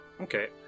Okay